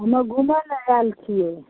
हमे घुमैला आएल छियै